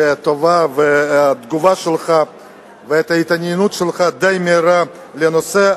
לטובה מהתגובה שלך וההתעניינות שלך הדי-מהירה בנושא.